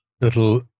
Little